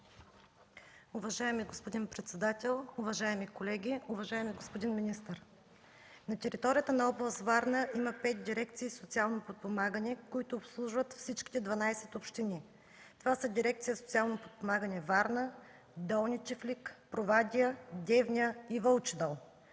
Уважаеми господин председател, уважаеми колеги! Уважаеми господин министър, на територията на област Варна има 5 дирекции „Социално подпомагане”, които обслужват всичките 12 общини. Това са Дирекция „Социално подпомагане” – Варна, Долни Чифлик, Провадия, Девня и Вълчи дол.